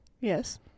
Yes